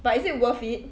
but it worth it